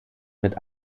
mit